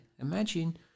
imagine